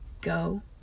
Go